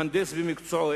מהנדס במקצועו,